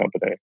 company